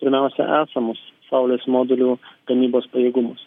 pirmiausia esamus saulės modulių gamybos pajėgumus